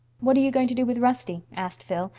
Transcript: what are you going to do with rusty? asked phil,